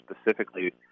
specifically